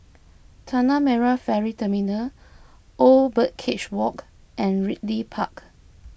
Tanah Merah Ferry Terminal Old Birdcage Walk and Ridley Park